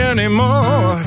Anymore